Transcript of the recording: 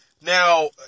Now